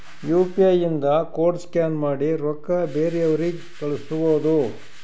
you P I ಇಂದ code scan ಮಾಡಿ ರೊಕ್ಕಾ ಬೇರೆಯವ್ರಿಗಿ ಕಳುಸ್ಬೋದ್